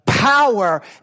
Power